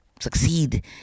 succeed